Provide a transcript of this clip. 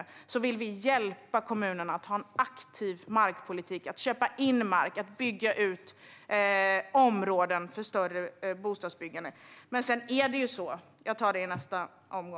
Därför vill vi hjälpa kommunerna att ha en aktiv markpolitik så att de kan köpa in mark och bygga ut områden med mer bostäder.